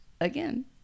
again